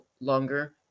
longer